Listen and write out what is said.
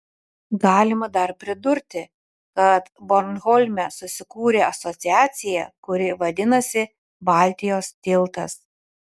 galima dar pridurti kad bornholme susikūrė asociacija kuri vadinasi baltijos tiltas